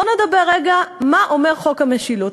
בואו נדבר רגע על מה שאומר חוק המשילות.